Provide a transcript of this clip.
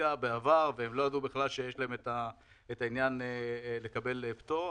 עסקה בעבר והן לא ידעו בכלל שיש להן אפשרות לקבל פטור,